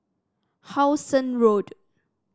How Sun Road